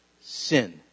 Sin